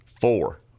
Four